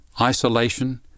isolation